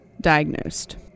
diagnosed